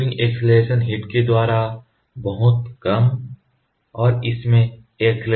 फिर curing acceleration heat के द्वारा बहुत कम और इसमें एक्सीलरेशन होता है